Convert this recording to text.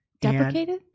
Deprecated